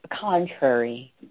contrary